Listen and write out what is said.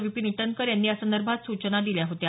विपिन इटनकर यांनी यासंदर्भात सूचना दिल्या होत्या